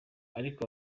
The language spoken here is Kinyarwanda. ariko